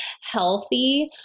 healthy